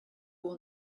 warn